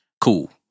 cool